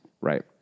Right